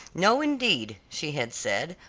no, indeed, she had said,